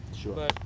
Sure